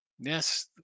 Yes